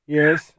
Yes